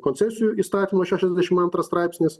koncesijų įstatymo šešiasdešim antras straipsnis